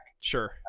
Sure